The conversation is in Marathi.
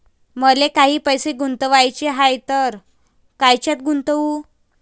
मले काही पैसे गुंतवाचे हाय तर कायच्यात गुंतवू?